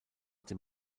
dem